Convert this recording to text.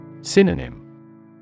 Synonym